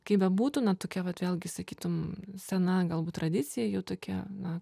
kaip bebūtų na tokia vat vėlgi sakytum sena galbūt tradicija jau tokia na